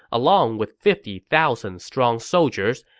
along with fifty thousand strong soldiers,